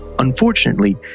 Unfortunately